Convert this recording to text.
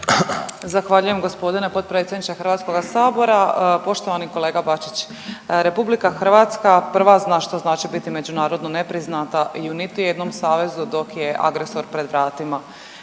Zahvaljujem gospodine potpredsjedniče Hrvatskoga sabora. Poštovani kolega Bačić, RH prva zna što znači biti međunarodno nepriznata i u niti jednom savezu dok je agresor pred vratima.